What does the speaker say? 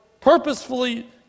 purposefully